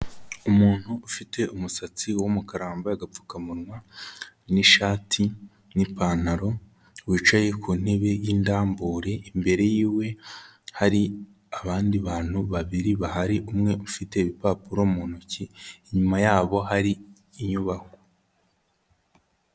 Umuntu ufite umusatsi w'umukara wambaye agapfukamunwa n'ishati n'ipantaro, wicaye ku ntebe y'indambure, imbere yiwe hari abandi bantu babiri bahari, umwe ufite ibipapuro mu ntoki, inyuma yabo hari inyubako.